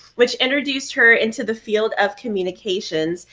which introduced her into the field of communications.